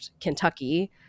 Kentucky